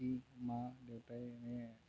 মা দেউতা এনেই